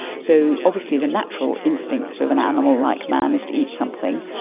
so obviously the natural instincts of an animal like man is to eat something,